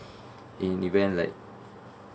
in event like